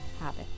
habit